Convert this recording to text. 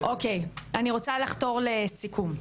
אוקי, אני רוצה לחתור לסיכום,